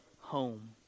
home